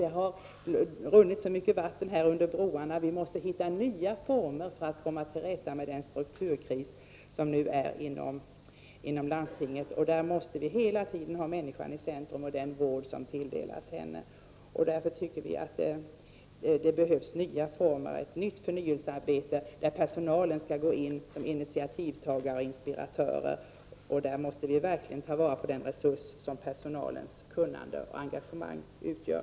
Det har runnit mycket vatten under broarna. Vi måste hitta nya former för att komma till rätta med den strukturkris som nu råder inom landstingen. Vi måste hela tiden ha människan i centrum och se den vård som tilldelas henne. Det behövs nya former, ett nytt förnyelsearbete, där personalen skall gå in som initiativtagare och inspiratör. Vi måste ta vara på den resurs som personalens kunnande och engagemang utgör.